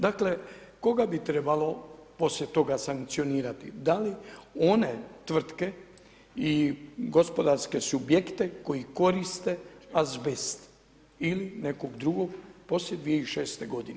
Dakle koga bi trebalo poslije toga sankcionirati, da li one tvrtke i gospodarske subjekte koji koriste azbest ili nekog drugog poslije 2006. godine?